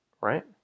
right